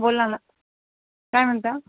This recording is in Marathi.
बोला ना काय म्हणतां